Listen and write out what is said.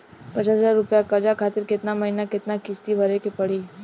पचास हज़ार रुपया कर्जा खातिर केतना महीना केतना किश्ती भरे के पड़ी?